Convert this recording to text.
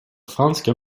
franska